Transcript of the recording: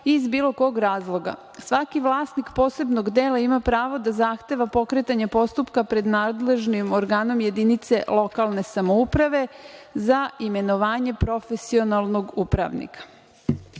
iz bilo kog razloga, svaki vlasnik posebnog dela ima pravo da zahteva pokretanje postupka pred nadležnim organom jedinice lokalne samouprave, za imenovanje profesionalnog upravnika. Predložili